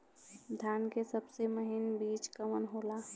धान के सबसे महीन बिज कवन होला?